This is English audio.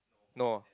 no